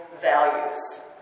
values